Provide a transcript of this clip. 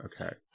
Okay